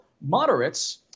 moderates